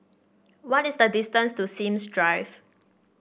what is the distance to Sims Drive